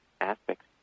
aspects